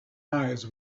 eyes